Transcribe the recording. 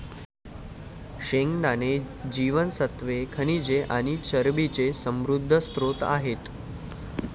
शेंगदाणे जीवनसत्त्वे, खनिजे आणि चरबीचे समृद्ध स्त्रोत आहेत